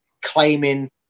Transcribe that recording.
claiming